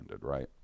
right